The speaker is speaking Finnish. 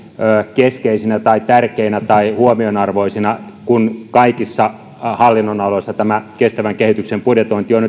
keskeisinä tärkeinä tai huomionarvioisina kun kaikissa hallinnon aloissa tämä kestävän kehityksen budjetointi on on